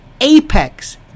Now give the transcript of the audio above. apex